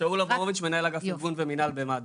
מנהל אגף ארגון ומנהל במד"א.